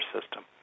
system